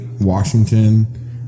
Washington